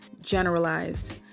generalized